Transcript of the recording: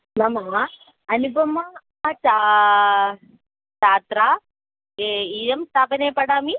न मव अनुपमा चा छात्रा इयं स्थापने पठामि